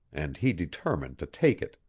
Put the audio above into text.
and he determined to take it.